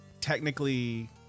technically